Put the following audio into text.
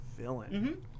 villain